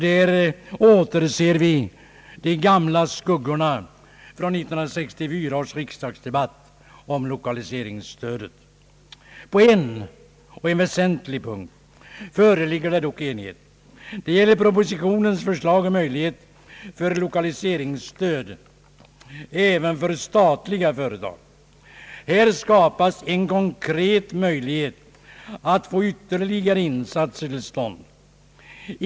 Där återser vi de gamla skuggorna från 1964 års riksdagsdebatt om lokaliseringsstödet. På en punkt — och en väsentlig sådan — föreligger dock enighet. Det gäller propositionens förslag om möjlighet till lokaliseringsstöd även för statliga företag. Här skapas en konkret möjlighet att få ytterligare insatser till stånd.